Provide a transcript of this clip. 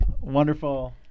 Wonderful